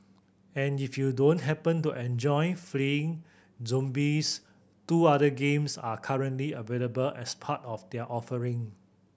and if you don't happen to enjoy fleeing zombies two other games are currently available as part of their offering